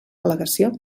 al·legació